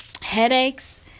headaches